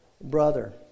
brother